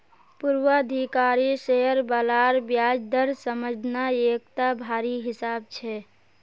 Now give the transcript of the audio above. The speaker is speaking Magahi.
पूर्वाधिकारी शेयर बालार ब्याज दर समझना एकटा भारी हिसाब छै